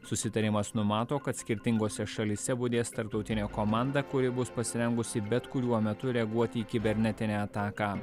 susitarimas numato kad skirtingose šalyse budės tarptautinė komanda kuri bus pasirengusi bet kuriuo metu reaguoti į kibernetinę ataką